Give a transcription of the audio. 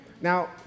Now